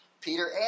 Peter